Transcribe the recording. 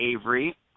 Avery